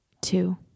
Two